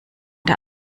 der